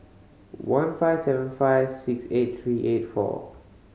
one five seven five six eight three eight four